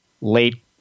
late